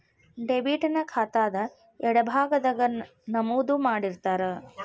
debit ನ ಖಾತಾದ್ ಎಡಭಾಗದಾಗ್ ನಮೂದು ಮಾಡಿರ್ತಾರ